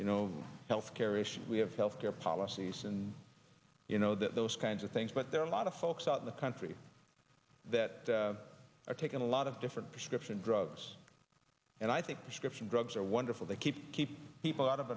you know health care issues we have health care policies and you know those kinds of things but there are a lot of folks out in the country that are taking a lot of different prescription drugs and i think description drugs are wonderful they keep keep people out of